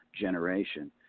generation